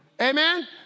Amen